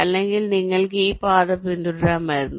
അല്ലെങ്കിൽ നിങ്ങൾക്ക് ഈ പാത പിന്തുടരാമായിരുന്നു